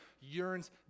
yearns